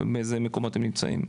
באיזה מיקום הם נמצאים,